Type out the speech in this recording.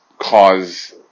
cause